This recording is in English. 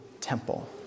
temple